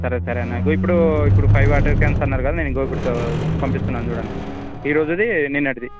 సరే సరే అన్న ఇదిగో ఇప్పుడు ఇప్పుడు ఫైవ్ వాటర్ క్యాన్స్ అన్నారు కదా నేను ఇదిగో ఇప్పుడు పంపిస్తున్నాను చూడన్న ఈ రోజుది నిన్నటిది